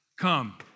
come